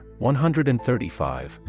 135